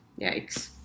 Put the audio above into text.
Yikes